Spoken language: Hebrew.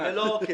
זה לא עוקץ.